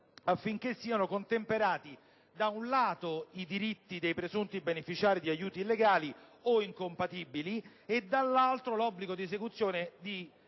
affinché siano contemperati i diritti di difesa dei presunti beneficiari di aiuti illegali o incompatibili con l'obbligo di esecuzione